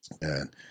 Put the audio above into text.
and-